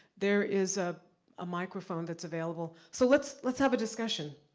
there is ah a microphone that's available. so, let's let's have a discussion.